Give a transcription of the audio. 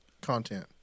content